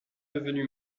devenu